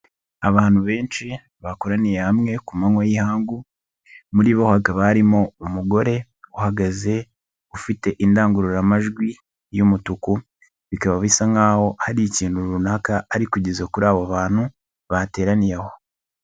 Abantu benshi bakoraniye hamwe ku manywa y'ihangu, muri bo hakaba barimo umugore uhagaze ufite indangururamajwi y'umutuku, bikaba bisa nk'a hari ikintu runaka ari kugeza kuri abo bantu bateraniye aho.